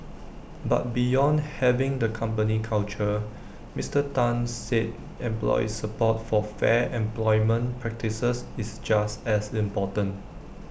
but beyond having the company culture Mister Tan said employee support for fair employment practices is just as important